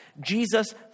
Jesus